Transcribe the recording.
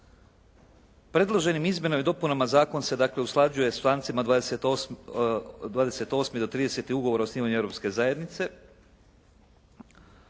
Predloženim izmjenama i dopunama zakon se dakle usklađuje s člancima 28. do 30. Ugovora o osnivanju Europske zajednice.